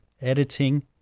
editing